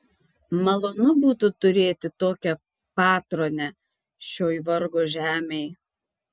malonu būtų turėti tokią patronę šioj vargo žemėj